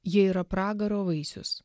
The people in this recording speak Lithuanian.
jie yra pragaro vaisius